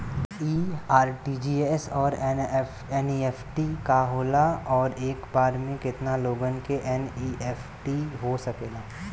इ आर.टी.जी.एस और एन.ई.एफ.टी का होला और एक बार में केतना लोगन के एन.ई.एफ.टी हो सकेला?